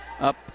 Up